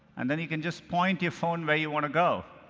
and then you can just point your phone where you want to go.